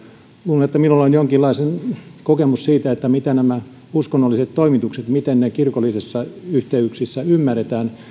luulen että minulla on jonkinlainen kokemus siitä miten nämä uskonnolliset toimitukset kirkollisissa yhteyksissä ymmärretään